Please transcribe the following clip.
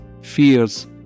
fears